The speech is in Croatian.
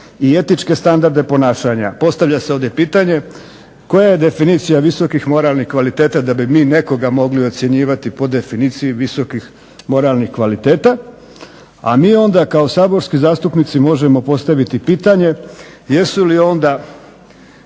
i etičke standarde ponašanja. Postavlja se ovdje pitanje koja je definicija visokih moralnih kvaliteta da bi mi nekoga mogli ocjenjivati po definiciji visokih moralnih kvaliteta, a mi onda kao saborski zastupnici možemo postaviti pitanje jesu li onda